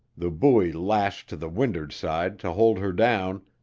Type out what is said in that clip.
the buoy lashed to the wind'ard side, to hold her down,